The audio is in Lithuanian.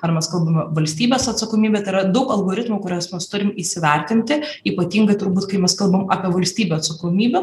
ar mes kalbame valstybės atsakomybė tai yra daug algoritmų kuriuos mes turim įsivertinti ypatingai turbūt kai mes kalbam apie valstybių atsakomybę